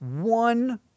one